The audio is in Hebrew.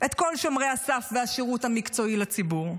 את כל שומרי הסף והשירות המקצועי לציבור.